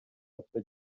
мыкты